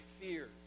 fears